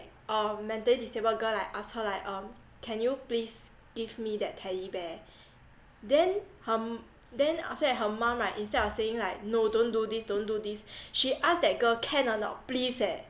um mentally disabled girl like ask her like um can you please give me that teddy bear then herm~ then after that her mum right instead of saying like no don't do this don't do this she asked that girl can or not please eh